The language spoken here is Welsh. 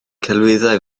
celwyddau